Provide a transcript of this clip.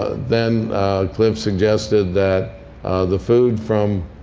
ah then cliff suggested that the food from